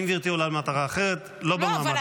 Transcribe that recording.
אם גברתי עולה במטרה אחרת, לא במעמד הזה.